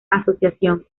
asociación